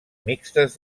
mixtes